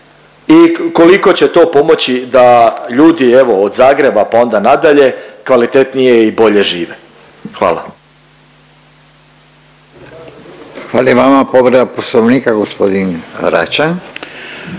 i koliko će to pomoći da ljudi evo od Zagreba pa onda nadalje kvalitetnije i bolje žive. Hvala. **Radin, Furio (Nezavisni)** Hvala i vama. Povreda Poslovnika gospodin Račan.